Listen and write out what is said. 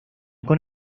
con